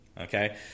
Okay